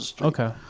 okay